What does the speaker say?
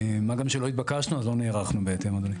מה גם שלא התבקשנו אז לא נערכנו בהתאם, אדוני.